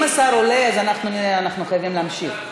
אם השר עולה, אז אנחנו חייבים להמשיך.